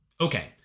Okay